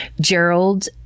Gerald